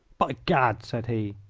by gad, said he,